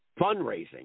fundraising